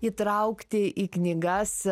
įtraukti į knygas